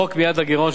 רחוק מיעד הגירעון,